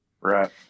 Right